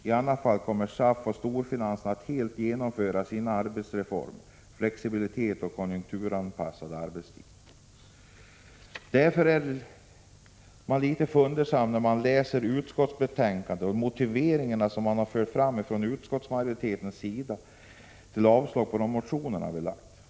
I annat fall kommer SAF och storfinansen att helt genomföra sina arbetstidsformer, flexibilitet och konjunkturanpassade arbetstider. Man blir litet fundersam när man läser utskottets betänkande och de motiveringar som utskottsmajoriteten för fram i samband med yrkandet om avslag på de motioner vi har lagt fram.